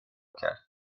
کرد